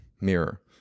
mirror